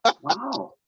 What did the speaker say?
Wow